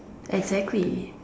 exactly